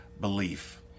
belief